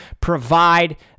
provide